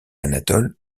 anatole